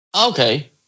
Okay